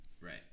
right